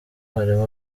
harimo